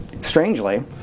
strangely